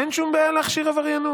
אין שום בעיה להכשיר עבריינות,